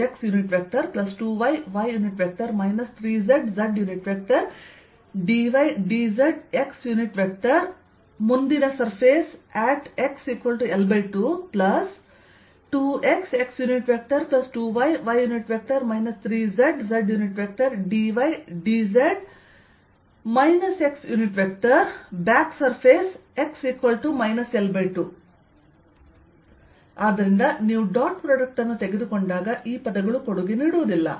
ds2xx2yy 3zzdydzx|front surfacexL22xx2yy 3zzdydz|backsurfacex l2 ಆದ್ದರಿಂದ ನೀವು dot product ಅನ್ನು ತೆಗೆದುಕೊಂಡಾಗ ಈ ಪದಗಳು ಕೊಡುಗೆ ನೀಡುವುದಿಲ್ಲ